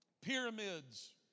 pyramids